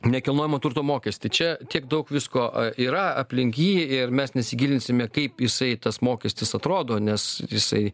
nekilnojamo turto mokestį čia tiek daug visko yra aplink jį ir mes nesigilinsime kaip jisai tas mokestis atrodo nes jisai